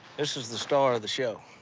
this is the star of the show.